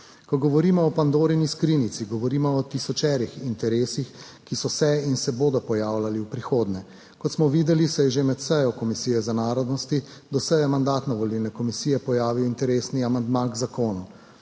Ko govorimo o Pandorini skrinjici, govorimo o tisočerih interesih, ki so se in se bodo pojavljali v prihodnje. Kot smo videli, se je že med sejo Komisije za narodni skupnosti do seje Mandatno-volilne komisije pojavil interesni amandma k zakonu.